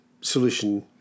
solution